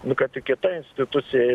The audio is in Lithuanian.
nu kad tik kita institucija